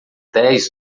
dez